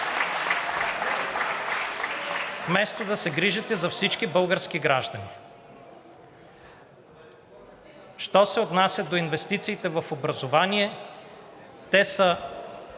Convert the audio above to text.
вместо да се грижите за всички български граждани. Що се отнася до инвестициите в образованието, те са